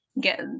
get